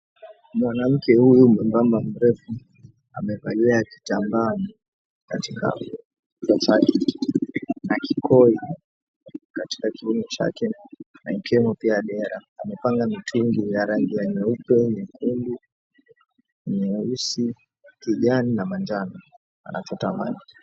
Mwanamke huyu mwebamba mrefu amevalia kitambaa kichwa chake na kikoi katika kiuno chake. Amepanga mitingi ya rangi ya nyeupe, nyekundu, nyeusi, kijani na manjano anachotamani.